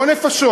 לא נפשות,